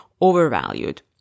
overvalued